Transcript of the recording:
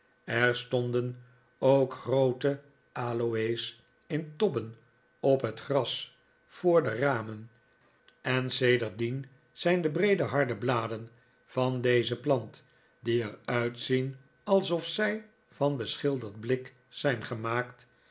er stonden ook groote aloe's in tobben op het gras voor de ramen en sedertdien zijn de breede harde bladen van deze plant die er uitzien alsof zij van beschilderd blik zijn gemaakt